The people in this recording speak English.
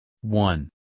one